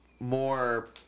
more